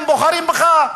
הם בוחרים בך.